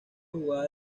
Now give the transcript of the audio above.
jugaba